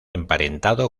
emparentado